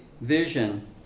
vision